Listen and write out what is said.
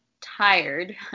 tired